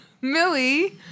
Millie